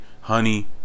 honey